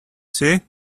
see